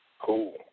Cool